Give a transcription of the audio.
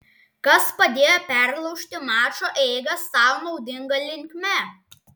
kas padėjo perlaužti mačo eigą sau naudinga linkme